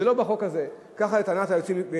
לא בחוק הזה, ככה לטענת היועצים.